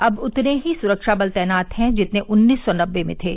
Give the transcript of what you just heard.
अब उतने ही सुरक्षाबल तैनात हैं जितने उन्नीस सौ नबे में थे